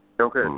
Okay